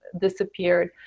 Disappeared